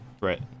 Right